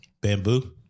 bamboo